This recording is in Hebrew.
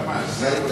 תן לנו